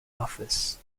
office